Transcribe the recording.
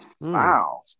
Wow